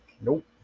Nope